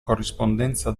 corrispondenza